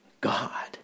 God